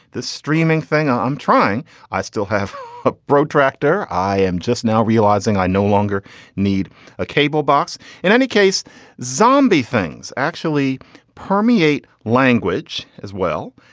the streaming thing i'm trying i still have a protractor. i am just now realizing i no longer need a cable box. in any case zombie things actually permeate language as well.